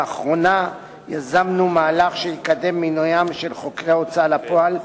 לאחרונה יזמנו מהלך שיקדם מינוי חוקרי הוצאה לפועל,